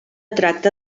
tracta